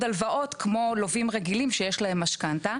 הלוואות כמו לווים רגילים שיש להם משכנתא.